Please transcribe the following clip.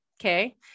Okay